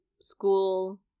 school